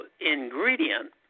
ingredient